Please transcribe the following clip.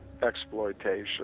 exploitation